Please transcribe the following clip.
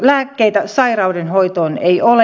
lääkkeitä sairauden hoitoon ei ole